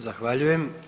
Zahvaljujem.